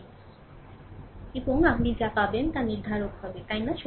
এবং আপনি যা পাবেন তা নির্ধারক হবে তাই না